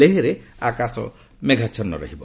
ଲେହରେ ଆକାଶ ମେଘାଛନ୍ନ ରହିବ